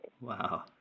Wow